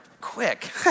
quick